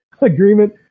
agreement